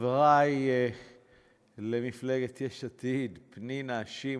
חברי למפלגת יש עתיד, פנינה, שמעון,